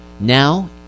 Now